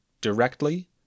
directly